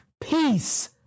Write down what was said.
Peace